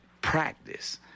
practice